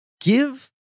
give